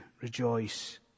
rejoice